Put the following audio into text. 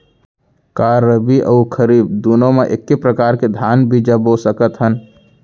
का रबि अऊ खरीफ दूनो मा एक्के प्रकार के धान बीजा बो सकत हन?